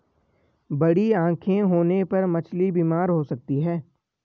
बड़ी आंखें होने पर मछली बीमार हो सकती है